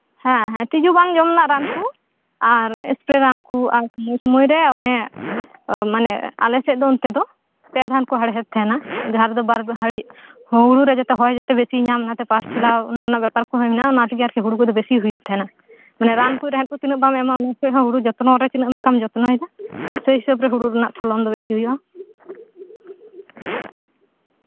ᱦᱮᱸ ᱦᱮᱸ ᱛᱤᱡᱩ ᱵᱟᱝ ᱡᱚᱢ ᱨᱮᱱᱟᱜ ᱨᱟᱱ ᱠᱩ ᱟᱨ ᱮᱥᱯᱨᱮ ᱨᱟᱱ ᱠᱩ ᱟᱨ ᱥᱚᱢᱚᱭᱼᱥᱚᱢᱚᱭ ᱨᱮ ᱚᱱᱮ ᱢᱟᱱᱮ ᱟᱞᱮ ᱥᱮᱫ ᱫᱚ ᱚᱱᱛᱮ ᱫᱚ ᱯᱮ ᱫᱷᱚᱣ ᱠᱚ ᱦᱮᱲᱦᱮᱫ ᱛᱟᱦᱮᱸᱱᱟ ᱡᱟᱦᱟᱸ ᱨᱮᱫᱚ ᱵᱟᱨ ᱫᱷᱟᱣ ᱦᱩᱲᱩ ᱨᱮᱫᱚ ᱦᱚᱭ ᱜᱮ ᱵᱤᱥᱤᱭ ᱧᱟᱢ ᱛᱮ ᱯᱟᱥ ᱠᱟᱴᱷᱤ ᱴᱷᱮᱞᱟᱣ ᱚᱱᱟ ᱵᱮᱯᱟᱨ ᱠᱚᱦᱚᱸ ᱢᱮᱱᱟᱜᱼᱟ ᱚᱱᱟ ᱛᱮᱜᱮ ᱟᱨᱠᱤ ᱦᱩᱲᱩ ᱠᱚᱫᱚ ᱵᱤᱥᱤ ᱦᱩᱭᱩᱜ ᱛᱟᱦᱮᱸᱱᱟ ᱢᱟᱱᱮ ᱨᱟᱱ ᱠᱚ ᱛᱤᱱᱟᱹᱜ ᱵᱟᱢ ᱮᱢᱟᱜᱼᱟ ᱚᱱᱟ ᱠᱚᱱ ᱦᱚᱸ ᱡᱟᱥᱛᱤ ᱡᱚᱛᱱᱚ ᱨᱮ ᱛᱤᱱᱟᱹᱜ ᱮᱢ ᱡᱚᱛᱱᱚᱭ ᱫᱟ ᱥᱮᱭ ᱦᱤᱥᱟᱹᱵ ᱛᱮ ᱦᱩᱲᱩ ᱨᱮᱱᱟᱜ ᱯᱷᱚᱞᱚᱱ ᱫᱚ ᱵᱤᱥᱤ ᱦᱩᱭᱩᱜᱼᱟ